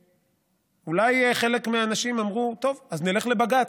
ואולי חלק מהאנשים אמרו: טוב, אז נלך לבג"ץ.